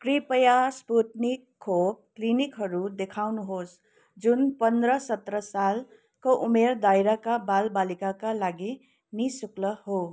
कृपया स्पुत्निक खोप क्लिनिकहरू देखाउनुहोस् जुन पन्ध्र सत्र सालको उमेर दायराका बाल बालिकाका लागि निःशुल्क हो